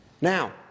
Now